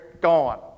gone